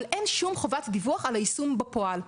אבל אין שום חובת דיווח על היישום בפועל.